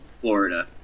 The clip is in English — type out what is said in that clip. Florida